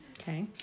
Okay